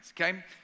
okay